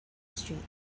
street